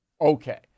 Okay